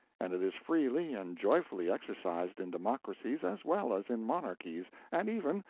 and it is freely and joyfully exercised in democracies as well as in monarchies and even,